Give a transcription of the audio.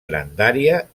grandària